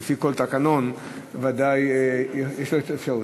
לפי כל תקנון, ודאי יש לה אפשרות.